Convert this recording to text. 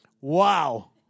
Wow